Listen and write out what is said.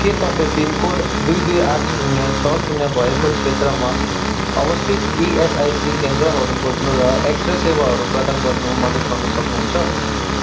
के तपाईँ पिनकोड दुई दुई आठ शून्य छ शून्य भएको क्षेत्रमा अवस्थित इएसआइसी केन्द्रहरू खोज्नु र एक्स रे सेवाहरू प्रदान गर्नु मदद गर्नु सक्नुहुन्छ